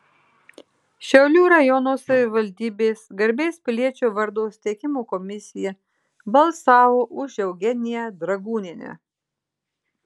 šiaulių rajono savivaldybės garbės piliečio vardo suteikimo komisija balsavo už eugeniją dragūnienę